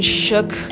shook